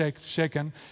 Shaken